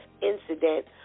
incident